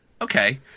okay